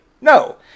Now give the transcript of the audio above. No